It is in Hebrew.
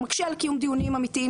הוא מקשה על קיום דיונים אמיתיים,